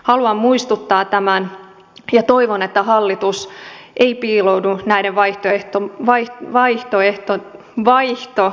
haluan muistuttaa tästä ja toivon että hallitus ei piiloudu vaihtoehdottomuuden taakse